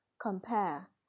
compare